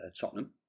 Tottenham